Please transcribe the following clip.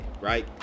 right